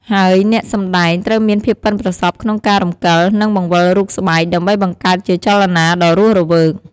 ហើយអ្នកសម្ដែងត្រូវមានភាពប៉ិនប្រសប់ក្នុងការរំកិល និងបង្វិលរូបស្បែក ដើម្បីបង្កើតជាចលនាដ៏រស់រវើក។